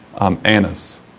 Annas